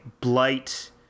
blight